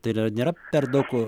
tai ar yra nėra per daug